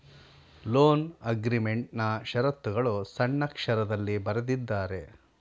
loan ಅಗ್ರೀಮೆಂಟ್ನಾ ಶರತ್ತುಗಳು ಸಣ್ಣಕ್ಷರದಲ್ಲಿ ಬರೆದಿದ್ದಾರೆ